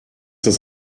das